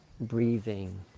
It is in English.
breathing